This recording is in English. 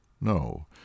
No